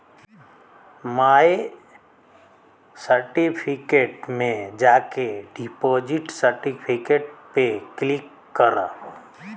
माय certificate में जाके deposit certificate पे क्लिक करा